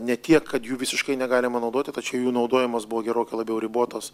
ne tiek kad jų visiškai negalima naudoti tačiau jų naudojimas buvo gerokai labiau ribotas